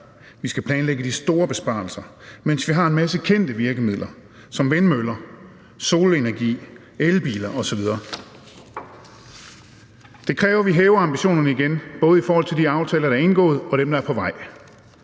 vi skal planlægge de store besparelser, mens vi har en hel masse kendte virkemidler som vindmøller, solenergi, elbiler osv. Det kræver, at vi hæver ambitionerne igen, både i forhold til de aftaler, der er indgået, og dem, der er på vej.